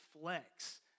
flex